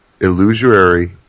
illusory